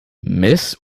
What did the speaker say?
mrs